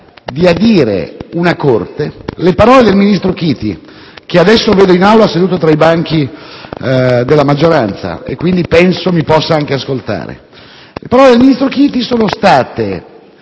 di adire la Corte, le parole del ministro Chiti - che adesso vedo in Aula seduto tra i banchi della maggioranza e quindi penso mi possa anche ascoltare - sarebbero state